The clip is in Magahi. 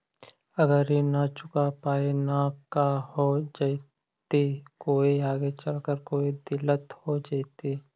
अगर ऋण न चुका पाई न का हो जयती, कोई आगे चलकर कोई दिलत हो जयती?